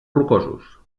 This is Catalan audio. rocosos